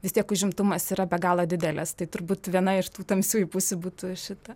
vis tiek užimtumas yra be galo didelis tai turbūt viena iš tų tamsiųjų pusių būtų šita